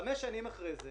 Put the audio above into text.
חמש שנים אחרי זה